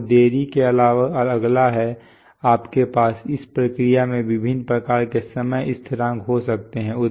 और देरी के अलावा अगला है आपके पास इस प्रक्रिया में विभिन्न प्रकार के समय स्थिरांक हो सकते हैं